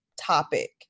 topic